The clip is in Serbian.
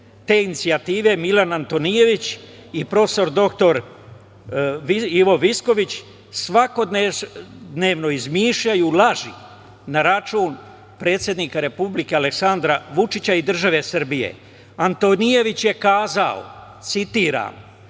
te inicijative Milan Antonijević, i prof. dr Ivo Visković, svakodnevno izmišljaju laži na račun predsednika Republike Aleksandra Vučića i države Srbije. Antonijević je kazao citiram,